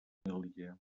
família